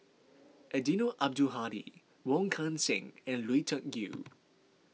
Eddino Abdul Hadi Wong Kan Seng and Lui Tuck Yew